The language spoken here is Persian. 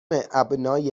ابنای